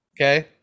Okay